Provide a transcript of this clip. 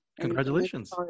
Congratulations